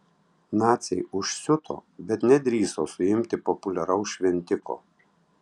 naciai užsiuto bet nedrįso suimti populiaraus šventiko